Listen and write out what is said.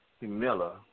Miller